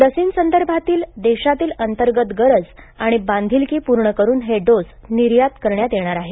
लसींसंदर्भातील देशातील अंतर्गत गरज आणि बांधिलकी पूर्ण करुन हे डोस निर्यात करण्यात येणार आहे